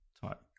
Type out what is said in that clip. type